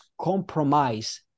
compromise